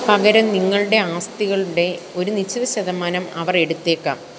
പകരം നിങ്ങളുടെ ആസ്തികളുടെ ഒരു നിശ്ചിത ശതമാനം അവർ എടുത്തേക്കാം